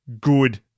good